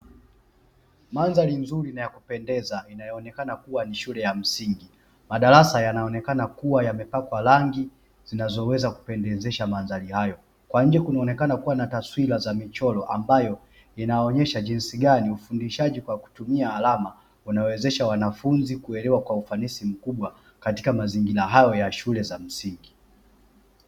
Mandhari nzuri na ya kupendeza, inayoonekana kuwa ni shule ya msingi. Madarasa yanaonekana kuwa yamepakwa rangi, zinazoweza kupendezesha mandhari hayo. Kwa nje kunaonekana kuwa na taswira za michoro, ambayo, inaonyesha jinsi gani ufundishaji kwa kutumia alama, unawezesha wanafunzi kuelewa kwa ufanisi mkubwa, katika mazingira hayo ya shule za msingi.